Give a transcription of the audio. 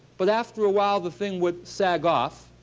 but after a while, the thing would sag off.